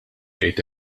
jgħid